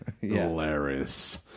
Hilarious